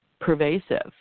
pervasive